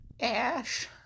ash